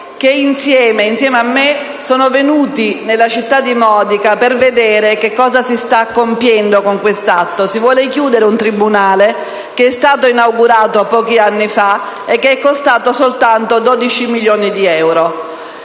che insieme a me sono venuti nella città di Modica per vedere cosa si sta compiendo con quest'atto diretto a chiudere un tribunale che è stato inaugurato pochi anni fa e che è costato soltanto 12 milioni di euro.